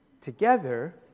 together